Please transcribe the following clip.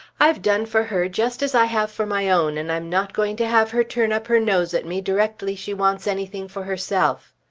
i've done for her just as i have for my own and i'm not going to have her turn up her nose at me directly she wants anything for herself.